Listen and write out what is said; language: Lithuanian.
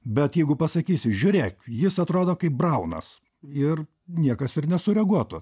bet jeigu pasakysiu žiūrėk jis atrodo kaip braunas ir niekas nesureaguotų